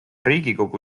riigikogu